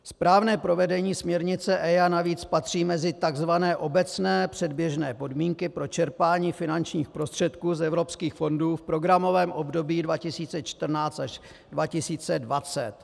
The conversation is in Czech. Správné provedení směrnice EIA navíc patří mezi takzvané obecné předběžné podmínky pro čerpání finančních prostředků z evropských fondů v programovém období 2014 až 2020.